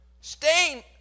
Stain